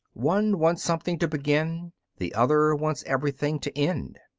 one wants something to begin the other wants everything to end.